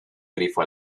grifo